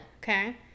Okay